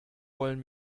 wollen